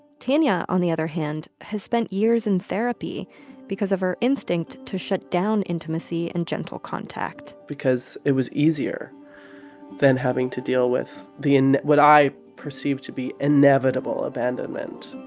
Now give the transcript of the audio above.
tanya, on the other hand, has spent years in therapy because of her instinct to shut down intimacy and gentle contact because it was easier than having to deal with the what i perceived to be inevitable abandonment.